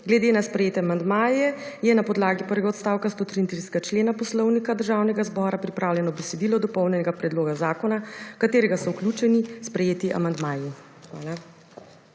Glede na sprejete amandmaje, je na podlagi prvega odstavka 133. člena Poslovnika Državnega zbora pripravljeno besedilo dopolnjenega predloga zakona, v katerega so vključeni sprejeti amandmaji. Hvala.